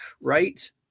right